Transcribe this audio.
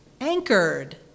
Anchored